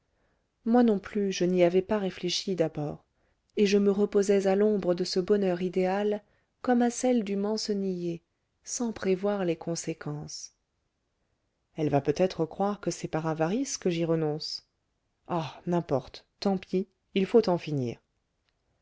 moi non plus je n'y avais pas réfléchi d'abord et je me reposais à l'ombre de ce bonheur idéal comme à celle du mancenillier sans prévoir les conséquences elle va peut-être croire que c'est par avarice que j'y renonce ah n'importe tant pis il faut en finir